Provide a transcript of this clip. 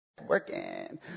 Working